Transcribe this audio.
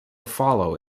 follow